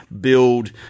build